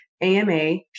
AMA